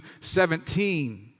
17